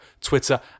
Twitter